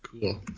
Cool